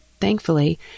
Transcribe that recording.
Thankfully